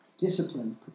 Discipline